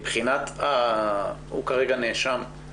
הוא כרגע נאשם,